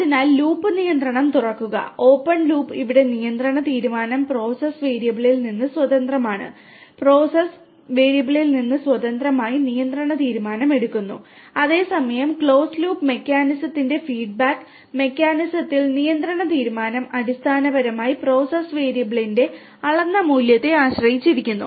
അതിനാൽ ലൂപ്പ് നിയന്ത്രണം തുറക്കുക ഓപ്പൺ ലൂപ്പ് ഇവിടെ നിയന്ത്രണ തീരുമാനം പ്രോസസ് വേരിയബിളിൽ നിന്ന് സ്വതന്ത്രമാണ് പ്രോസസ്സ് വേരിയബിളിൽ നിന്ന് സ്വതന്ത്രമായി നിയന്ത്രണ തീരുമാനം എടുക്കുന്നു അതേസമയം ക്ലോസ്ഡ് ലൂപ്പ് മെക്കാനിസത്തിന്റെ ഫീഡ്ബാക്ക് മെക്കാനിസത്തിൽ നിയന്ത്രണ തീരുമാനം അടിസ്ഥാനപരമായി പ്രോസസ് വേരിയബിളിന്റെ അളന്ന മൂല്യത്തെ ആശ്രയിച്ചിരിക്കുന്നു